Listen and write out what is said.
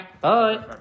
Bye